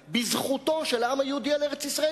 בזכותו של העם היהודי על ארץ-ישראל,